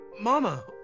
Mama